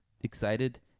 Excited